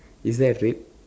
is there red